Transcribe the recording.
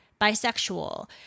bisexual